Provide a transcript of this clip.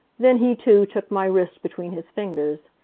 then he too took my wrist between his fingers.